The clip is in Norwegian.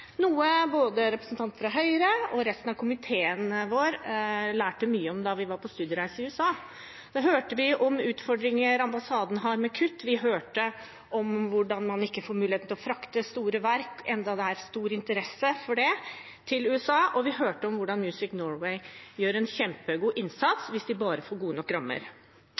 noe både representanten fra Høyre og resten av komiteen lærte mye om da vi var på studiereise i USA. Der hørte vi om utfordringer ambassaden har med kutt. Vi hørte om hvordan man ikke får muligheten til å frakte store verk, enda det er stor interesse for det, til USA, og vi hørte om hvordan Music Norway kan gjøre en kjempegod innsats hvis de bare får gode nok rammer.